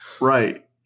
Right